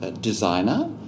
designer